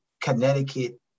Connecticut